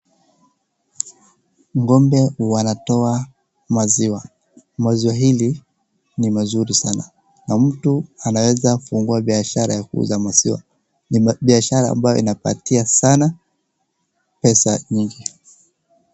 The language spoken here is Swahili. Ng'ombe wanatoa maziwa na maziwa hili ni mazuri sana na na mtu anaweza fungua biashara ya kuuza maziwa ni biashara ambayo inapatia sana pesa nyingi.